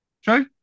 Sure